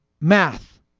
math